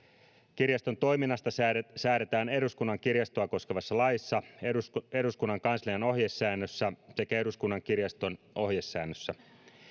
kirjaston toiminnasta säädetään säädetään eduskunnan kirjastoa koskevassa laissa eduskunnan eduskunnan kanslian ohjesäännössä sekä eduskunnan kirjaston ohjesäännössä